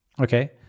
Okay